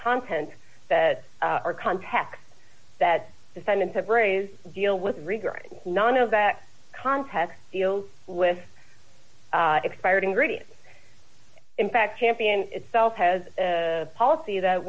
contents that are contacts that defendants have raised deal with regret none of that context deals with expired ingredients in fact champion itself has a policy that